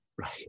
right